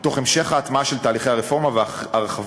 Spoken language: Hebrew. תוך המשך ההטמעה של תהליכי הרפורמה והרחבת